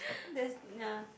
there's nah